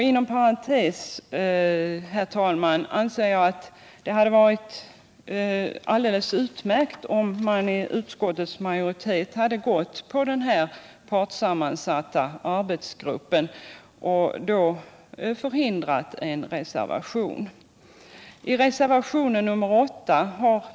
Inom parentes sagt, herr talman, anser jag att det hade varit alldeles utmärkt, om utskottsmajoriteten hade beslutat sig för en partssammansatt arbetsgrupp och därmed gjort reservationen onödig.